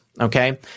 Okay